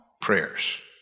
prayers